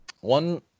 One